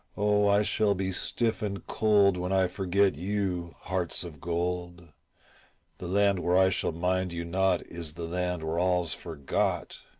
oh, i shall be stiff and cold when i forget you, hearts of gold the land where i shall mind you not is the land where all's forgot.